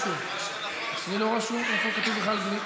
חברת הכנסת רחל עזריה,